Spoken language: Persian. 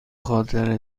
خاطر